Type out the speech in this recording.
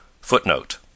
Footnote